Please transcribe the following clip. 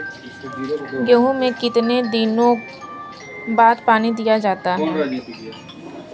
गेहूँ में कितने दिनों बाद पानी दिया जाता है?